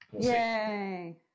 Yay